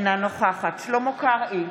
אינה נוכחת שלמה קרעי,